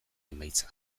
emaitza